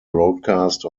broadcast